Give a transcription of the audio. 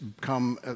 come